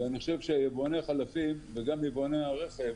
ואני חושב שיבואני חלפים וגם יבואני הרכב,